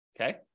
Okay